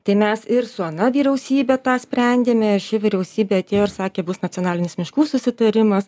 tai mes ir su ana vyriausybe tą sprendėme ši vyriausybė atėjo ir sakė bus nacionalinis miškų susitarimas